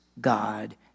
God